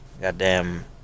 goddamn